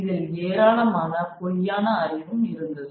இதில் ஏராளமான பொய்யான அறிவும் இருந்தது